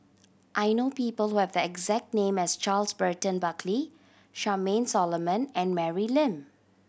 I know people who have the exact name as Charles Burton Buckley Charmaine Solomon and Mary Lim